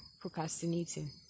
procrastinating